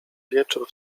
wieczór